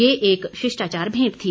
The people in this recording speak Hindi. ये एक शिष्टाचार भेंट थी